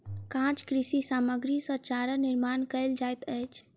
काँच कृषि सामग्री सॅ चारा निर्माण कयल जाइत अछि